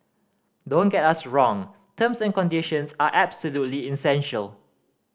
don't get us wrong terms and conditions are absolutely essential